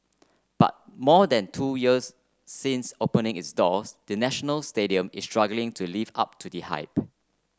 but more than two years since opening its doors the National Stadium is struggling to live up to the hype